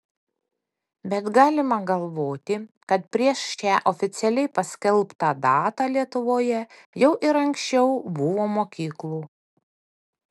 bet galima galvoti kad prieš šią oficialiai paskelbtą datą lietuvoje jau ir anksčiau buvo mokyklų